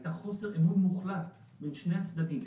הייתה חוסר אמון מוחלט בין שני הצדדים,